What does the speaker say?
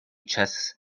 chests